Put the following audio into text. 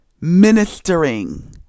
ministering